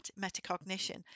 metacognition